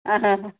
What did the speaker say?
അ ഹ ഹ